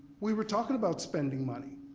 we were talking about spending money.